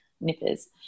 Nippers